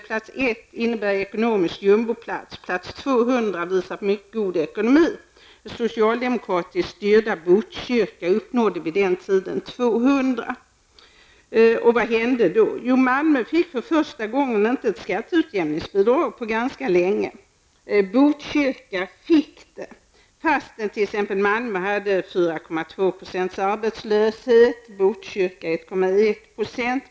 Plats 1 innebär ekonomisk jumboplats. Plats 200 visar på mycket god ekonomi. Det socialdemokratiskt styrda Botkyrka uppnådde vid den tiden plats 200. Och vad hände då? Jo, för första gången på ganska lång tid fick Malmö inte något skatteutjämningsbidrag. Botkyrka fick det, fastän t.ex. Malmö hade 4,2 % arbetslöshet och Botkyrka 1,1 %.